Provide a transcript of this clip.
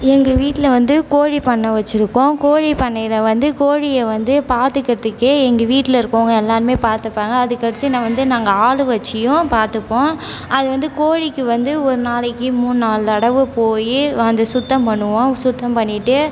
எங்கள் வீட்டில் வந்து கோழி பண்ணை வச்சுருக்கோம் கோழி பண்ணையில் வந்து கோழியை வந்து பார்த்துக்குறதுக்கே எங்கள் வீட்டில் இருக்கறவுங்க எல்லோருமே பார்த்துப்பாங்க அதுக்கடுத்து நான் வந்து நாங்கள் ஆள் வச்சுயும் பார்த்துப்போம் அது வந்து கோழிக்கு வந்து ஒரு நாளைக்கு மூணு நாலு தடவை போய் அந்த சுத்தம் பண்ணுவோம் சுத்தம் பண்ணிவிட்டு